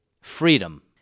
Freedom